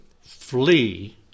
Flee